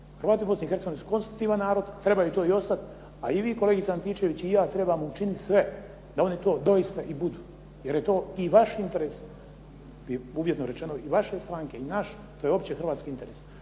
Hrvati u Bosni i Hercegovini su konstitutivan narod, trebaju to i ostati, a i vi kolegice Antičević i ja trebamo učinit sve da oni to doista i budu, jer je to i vaš interes, uvjetno rečeno i vaše stranke i naše, to je opći hrvatski interes.